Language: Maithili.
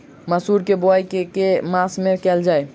मसूर केँ बोवाई केँ के मास मे कैल जाए?